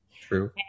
true